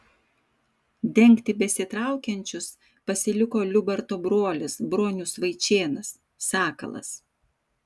dengti besitraukiančius pasiliko liubarto brolis bronius vaičėnas sakalas